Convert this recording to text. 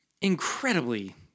incredibly